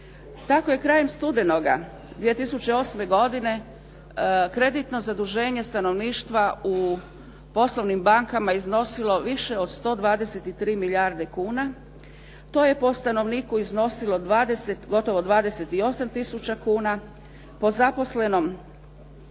Tako je krajem studenoga 2008. godine kreditno zaduženje stanovništva u poslovnim bankama iznosilo više od 123 milijarde kuna. To je po stanovniku iznosilo gotovo 28 tisuća kuna, po zaposlenom